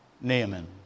Naaman